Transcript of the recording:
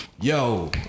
Yo